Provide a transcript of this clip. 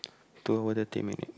two hour thirty minute